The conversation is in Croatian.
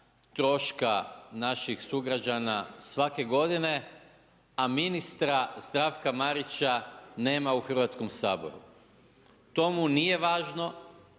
troška naših sugrađana svake godine a ministra Zdravka Marića nema u Hrvatskom saboru. To mu nije važno,